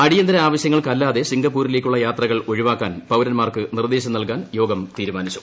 അടിയന്തിരാവശ്യങ്ങൾക്കല്ലാതെ സിംഗപ്പൂരിലേക്കുള്ള യാത്രകൾ ഒഴിവാക്കാൻ പൌരൻമാർക്ക് നിർദ്ദേശം നൽകാൻ യോഗം തീരുമാനിച്ചു